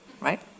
right